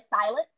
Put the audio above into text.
silent